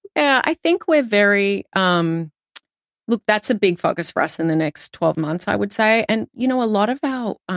i think we're very, um look, that's a big focus for us in the next twelve months, i would say. and, you know, a lot of our,